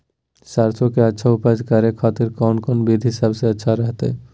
सरसों के अच्छा उपज करे खातिर कौन कौन विधि सबसे अच्छा रहतय?